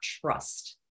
trust